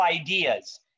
ideas